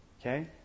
Okay